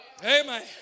amen